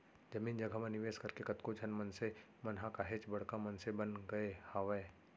जमीन जघा म निवेस करके कतको झन मनसे मन ह काहेच बड़का मनसे बन गय हावय